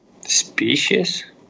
species